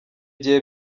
gihe